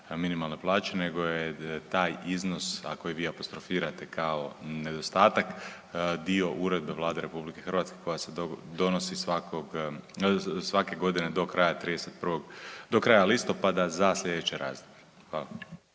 minimalne plaće nego je taj iznos, a koji vi apostrofirate kao nedostatak dio uredbe Vlade RH koja se donosi svake godine do kraja listopada za sljedeće razdoblje. Hvala.